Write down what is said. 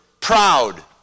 proud